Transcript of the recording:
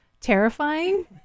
terrifying